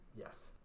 Yes